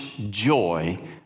joy